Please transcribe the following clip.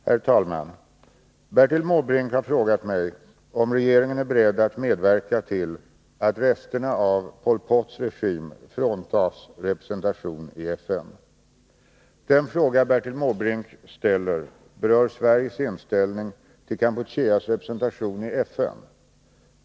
Herr talman! Bertil Måbrink har frågat mig om regeringen är beredd medverka till att resterna av Pol Pots regim fråntas representationen i FN. Den fråga Bertil Måbrink ställer berör Sveriges inställning till Kampucheas representation i FN.